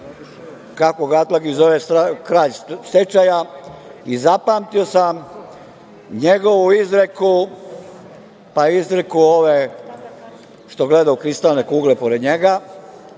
kako ga Atlagić zove "kralj stečaja" i zapamtio sam njegovu izreku, izreku ove što gleda u kristalne kugle pored njega,